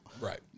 Right